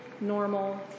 normal